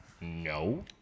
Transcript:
No